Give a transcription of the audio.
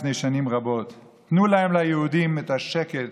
לפני שנים רבות: תנו להם ליהודים את השקט